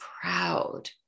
proud